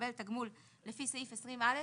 שמקבל תגמול לפי סעיף 20(א).